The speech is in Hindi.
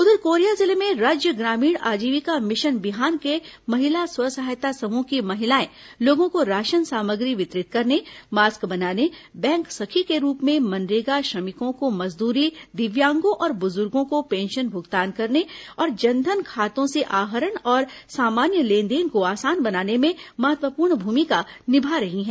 उधर कोरिया जिले में राज्य ग्रामीण आजीविका मिशन बिहान के महिला स्व सहायता समूह की महिलाएं लोगों को राशन सामग्री वितरित करने मास्क बनाने बैंक सखी के रूप में मनरेगा श्रमिकों को मजदूरी दिव्यांगों और बुजुर्गो को पेंशन भुगतान करने तथा जन धन खातों से आहरण और सामान्य लेनदेन को आसान बनाने में महत्वपूर्ण भूमिका निभा रही है